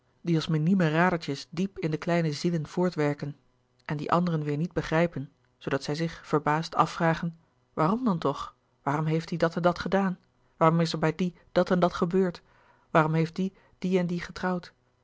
die als minieme radertjes diep in de kleine zielen voortwerken en die anderen weêr niet begrijpen zoodat zij zich verbaasd afvragen waarom dan toch waarom heeft die dat en dat gedaan waarom is er bij die dat en dat gebeurd waarom heeft die die en die getrouwd